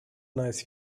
nice